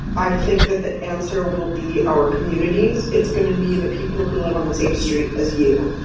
i think that the answer will be our communities. it's going to be the people who live on the same street as you.